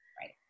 right